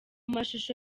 mashusho